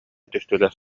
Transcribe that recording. түстүлэр